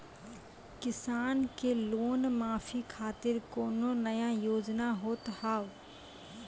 किसान के लोन माफी खातिर कोनो नया योजना होत हाव?